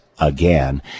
Again